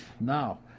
Now